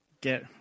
get